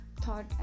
thought